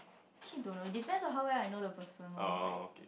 actually don't know it depends on how well I know the person loh like